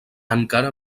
encara